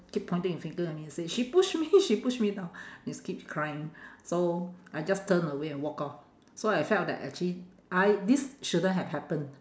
keep pointing her finger at me and say she push me she push me down and s~ keep crying so I just turn away and walk off so I felt that actually I this shouldn't have happen